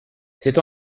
c’est